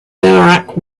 iraq